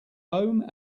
home